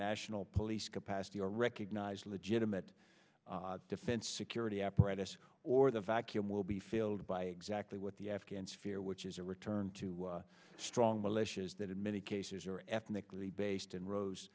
national police capacity or recognize the legitimate defense security apparatus or the vacuum will be filled by exactly what the afghans fear which is a return to strong militias that in many cases are ethnically based and rose